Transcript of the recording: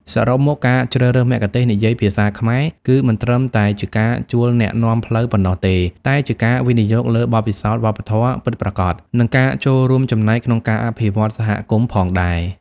សរុបមក ការជ្រើសរើសមគ្គុទ្ទេសក៍និយាយភាសាខ្មែរ គឺមិនត្រឹមតែជាការជួលអ្នកនាំផ្លូវប៉ុណ្ណោះទេ តែជាការ វិនិយោគលើបទពិសោធន៍វប្បធម៌ពិតប្រាកដ និងការចូលរួមចំណែកក្នុងការអភិវឌ្ឍន៍សហគមន៍ផងដែរ។